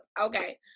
Okay